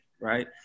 right